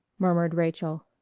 murmured rachael.